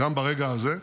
גם ברגע הזה.